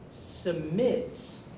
submits